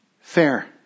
fair